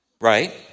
right